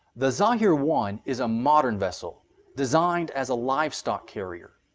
the zaher one is a modern vessel designed as livestock carrier.